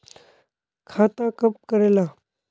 खाता कब करेला?